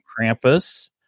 Krampus